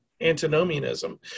antinomianism